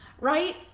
right